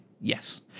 Yes